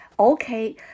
Okay